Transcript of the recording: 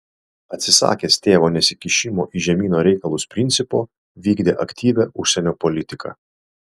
atsisakęs tėvo nesikišimo į žemyno reikalus principo vykdė aktyvią užsienio politiką